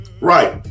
Right